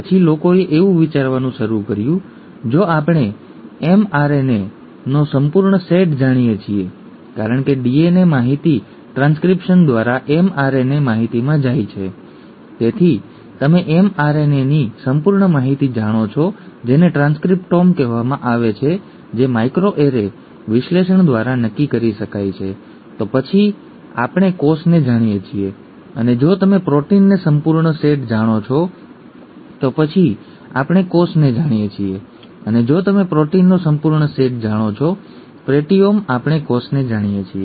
પછી લોકોએ વિચારવાનું શરૂ કર્યું જો આપણે એમ RNAનો સંપૂર્ણ સેટ જાણીએ છીએ કારણ કે DNA માહિતી ટ્રાન્સક્રિપ્શન દ્વારા mRNA માહિતીમાં જાય છે તેથી તમે mRNAની સંપૂર્ણ માહિતી જાણો છો જેને ટ્રાન્સક્રિપ્ટોમ કહેવામાં આવે છે જે માઇક્રો એરે વિશ્લેષણ દ્વારા કરી શકાય છે વગેરે તો પછી આપણે કોષને જાણીએ છીએ અને જો તમે પ્રોટીનનો સંપૂર્ણ સેટ જાણો છો તો પછી આપણે કોષને જાણીએ છીએ અને જો તમે પ્રોટીનનો સંપૂર્ણ સેટ જાણો છો પ્રોટિઓમ આપણે કોષને જાણીએ છીએ